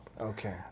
Okay